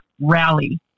rally